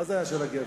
מה זה היה של הגבר?